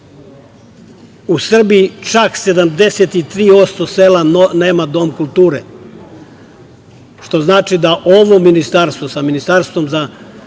U Srbiji, čak 73% sela nema dom kulture, što znači da ovo ministarstvo sa Ministarstvom za